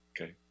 Okay